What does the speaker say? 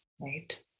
Right